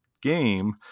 game